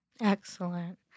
Excellent